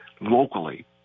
locally